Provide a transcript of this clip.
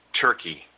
Turkey